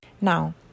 Now